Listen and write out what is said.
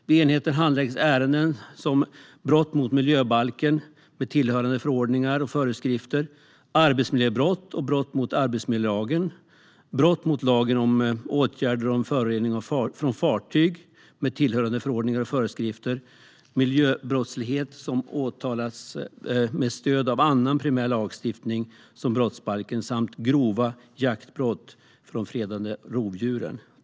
Vid enheten handläggs ärenden om brott mot miljöbalken med tillhörande förordningar och föreskrifter, arbetsmiljöbrott och brott mot arbetsmiljölagen, brott mot lagen om åtgärder mot förorening från fartyg med tillhörande förordningar och föreskrifter, miljöbrottslighet som åtalas med stöd av annan primär lagstiftning som brottsbalken samt grova jaktbrott mot fredade rovdjur.